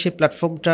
platform